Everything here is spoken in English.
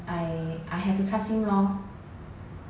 I I have to trust him lor